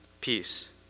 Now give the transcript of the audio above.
Peace